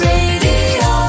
Radio